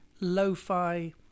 lo-fi